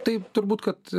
taip turbūt kad